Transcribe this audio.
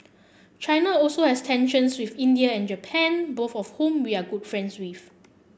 China also has tensions with India and Japan both of whom we are good friends with